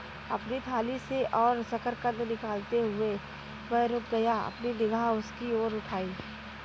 अपनी थाली से और शकरकंद निकालते हुए, वह रुक गया, अपनी निगाह उसकी ओर उठाई